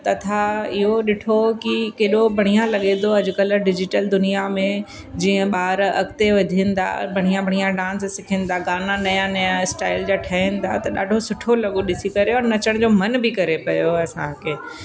तथा इहो ॾिठो कि केॾो बढ़िया लॻे थो अॼु कल्ह डिजिटल दुनिया में जीअं ॿार अॻिते वधनि था बढ़िया बढ़िया डांस सिखनि था गाना नया नया स्टाइल जा ठहनि था त ॾाढो सुठो लॻो ॾिसी करे और नचण जो मन बि करे पियो असांखे